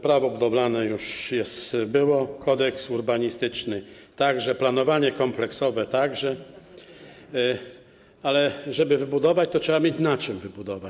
Prawo budowlane już jest, było, kodeks urbanistyczny także, planowanie kompleksowe także, ale żeby wybudować, to trzeba mieć na czym wybudować.